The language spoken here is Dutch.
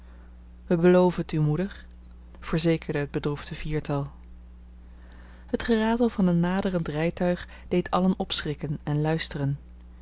we beloven t u moeder verzekerde het bedroefde viertal het geratel van een naderend rijtuig deed allen opschrikken en luisteren